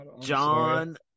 John